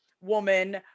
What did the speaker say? woman